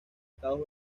estados